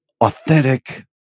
authentic